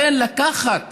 לכן, לקחת